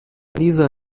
lisa